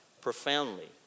profoundly